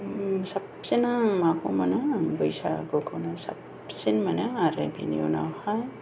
साबसिना आं माखौ मोनो आं बैसागुखौनो साबसिन मोनो आरो बेनि उनावहाय